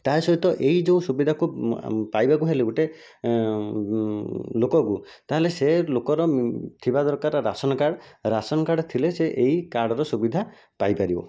ତା' ସହିତ ଏ ଯେଉଁ ସୁବିଧାକୁ ପାଇବାକୁ ହେଲେ ଗୋଟିଏ ଲୋକକୁ ତା'ହେଲେ ସେ ଲୋକର ଥିବା ଦରକାର ରାସନ କାର୍ଡ଼୍ ରାସନ କାର୍ଡ଼୍ ଥିଲେ ସେ ଏଇ କାର୍ଡ଼୍ର ସୁବିଧା ପାଇପାରିବ